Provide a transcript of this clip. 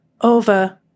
over